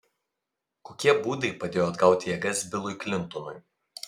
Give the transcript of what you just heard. kokie būdai padėjo atgauti jėgas bilui klintonui